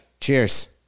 cheers